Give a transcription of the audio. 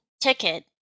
ticket